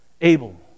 Abel